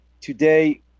today